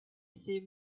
ses